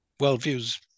Worldviews